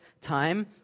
time